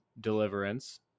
Deliverance